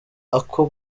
ako